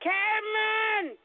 Cameron